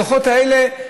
הדוחות האלה,